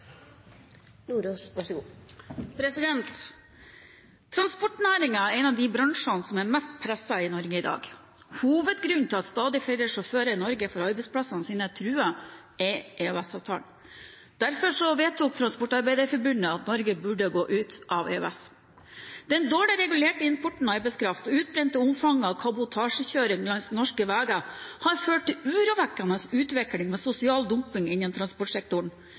mest presset i Norge i dag. Hovedgrunnen til at stadig flere sjåfører i Norge får arbeidsplassene sine truet, er EØS-avtalen. Derfor vedtok Transportarbeiderforbundet at Norge burde gå ut av EØS. Den dårlig regulerte importen av arbeidskraft og det utbredte omfanget av kabotasjekjøring langs norske veier har ført til en urovekkende utvikling med sosial dumping innen transportsektoren.